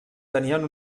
tenien